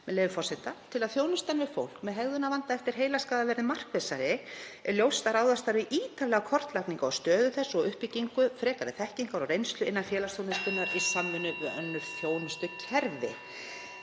með leyfi forseta: „Til þess að þjónustan við fólk með hegðunarvanda eftir heilaskaða verði markvissari er ljóst að ráðast þarf í ítarlega kortlagningu á stöðu þess og uppbyggingu frekari þekkingar og reynslu innan félagsþjónustunnar í samvinnu við önnur þjónustukerfi.“